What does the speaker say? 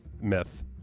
myth